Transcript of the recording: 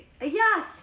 Yes